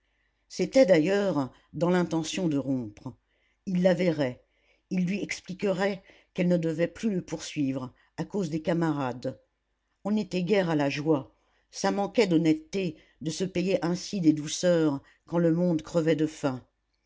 c'était d'ailleurs dans l'intention de rompre il la verrait il lui expliquerait qu'elle ne devait plus le poursuivre à cause des camarades on n'était guère à la joie ça manquait d'honnêteté de se payer ainsi des douceurs quand le monde crevait de faim